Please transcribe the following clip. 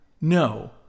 No